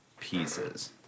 pieces